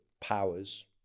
powers